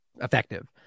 effective